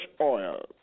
oil